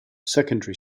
secondary